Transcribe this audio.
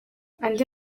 andi